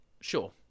Sure